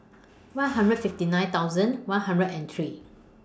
one hundred fifty nine thousand one hundred and three